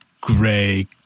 gray